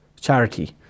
charity